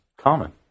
common